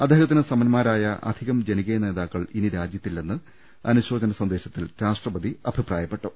അദ്ദേഹ ത്തിന് സമന്മാരായ അധികം ജനകീയ നേതാക്കൾ ഇനി രാജ്യത്തില്ലെന്ന് അനുശോചന സന്ദേശത്തിൽ രാഷ്ട്രപതി അഭിപ്രായപ്പെട്ടു